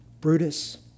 Brutus